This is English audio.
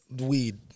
Weed